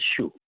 issue